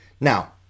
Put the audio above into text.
Now